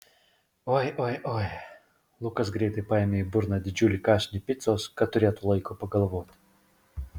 oi oi oi lukas greitai paėmė į burną didžiulį kąsnį picos kad turėtų laiko pagalvoti